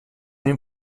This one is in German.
dem